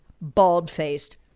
bald-faced